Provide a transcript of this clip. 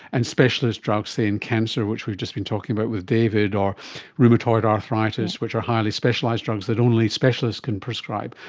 and specialist drugs, say in cancer which we've just been talking about with david, or rheumatoid arthritis, which are highly specialised drugs which only specialists can describe.